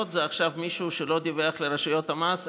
עכשיו זה מישהו שלא דיווח לרשויות המס,